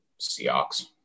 Seahawks